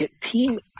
team